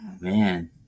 man